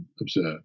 observe